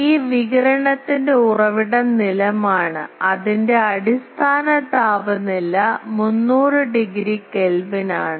ഈ വികിരണത്തിന്റെ ഉറവിടം നിലമാണ് അതിന്റെ അടിസ്ഥാന താപനില 300 ഡിഗ്രി കെൽവിനാണ്